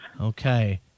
Okay